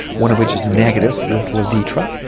one of which is negative with levitra.